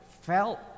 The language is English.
felt